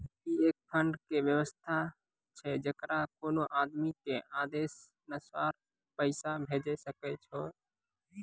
ई एक फंड के वयवस्था छै जैकरा कोनो आदमी के आदेशानुसार पैसा भेजै सकै छौ छै?